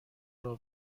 راه